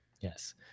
yes